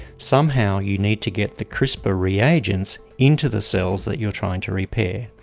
somehow you need to get the crispr reagents into the cells that you are trying to repair,